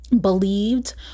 believed